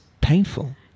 painful